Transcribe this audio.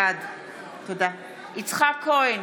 בעד יצחק כהן,